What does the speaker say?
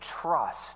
trust